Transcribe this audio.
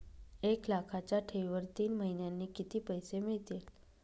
एक लाखाच्या ठेवीवर तीन महिन्यांनी किती पैसे मिळतील?